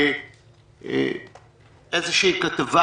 כתבה